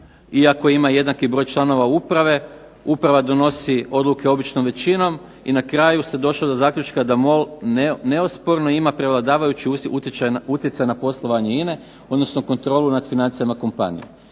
iako ima jednaki broj članova uprave, uprava donosi odluke običnom većinom. I na kraju se došlo do zaključka da MOL nesporno ima prevladavajući utjecaj na poslovanje INA-e odnosno kontrolu nad financijama kompanije.